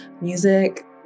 music